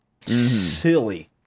Silly